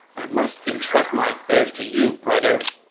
i must entrust my affairs to you, brother.